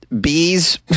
bees